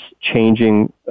changing